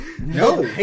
No